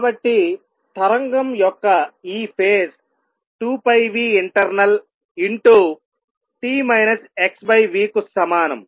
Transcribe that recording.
కాబట్టి తరంగం యొక్క ఈ ఫేజ్ 2πinternalt xv కు సమానం